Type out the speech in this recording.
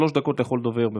שלוש דקות לכל דובר.